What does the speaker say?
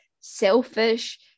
selfish